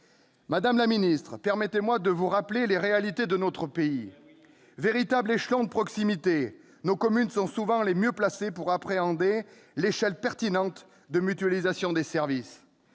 Madame la ministre, permettez-moi de vous rappeler les réalités de notre pays. Il faudrait qu'elle les connaisse ! Véritable échelon de proximité, nos communes sont souvent les mieux placées pour appréhender l'échelle pertinente de mutualisation des services.